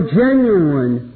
genuine